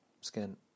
skin